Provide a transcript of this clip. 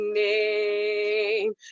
name